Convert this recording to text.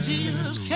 Jesus